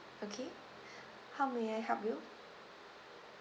okay how may I help you